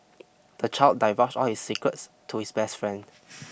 the child divulged all his secrets to his best friend